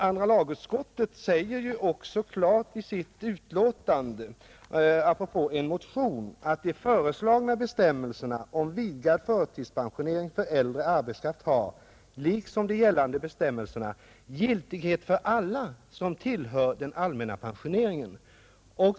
Andra lagutskottet säger ju också klart i sitt utlåtande apropå en motion att de föreslagna bestämmelserna om vidgad förtidspensionering för äldre arbetskraft liksom de gällande bestämmelserna har giltighet för alla som tillhör den allmänna pensioneringen.